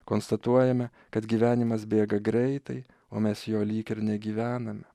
konstatuojame kad gyvenimas bėga greitai o mes jo lyg ir negyvename